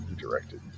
directed